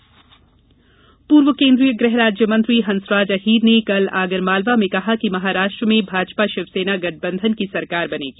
सरकार गठन पूर्व केन्द्रीय गृह राज्य मंत्री हंसराज अहीर ने कल आगरमालवा में कहा कि महाराष्ट्र में भाजपा शिवसेना गठबंधन की सरकार बनेगी